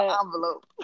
envelope